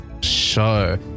show